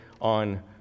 on